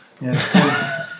Yes